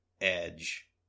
edge